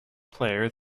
player